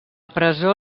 presó